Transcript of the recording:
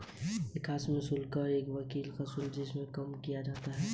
एक आकस्मिक शुल्क एक वकील का शुल्क है जिसे कम कर दिया जाता है